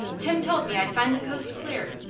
tim told me i'd find the coast clear,